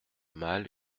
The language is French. mal